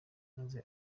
maze